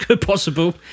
possible